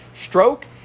stroke